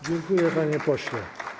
Dziękuję, panie pośle.